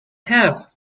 have